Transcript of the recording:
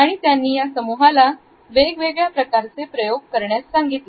आणि त्यांनी त्या समूहाला वेगवेगळ्या प्रकारचे प्रयोग करण्यास सांगितले